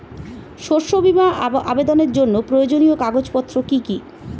শস্য বীমা আবেদনের জন্য প্রয়োজনীয় কাগজপত্র কি কি?